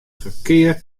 ferkear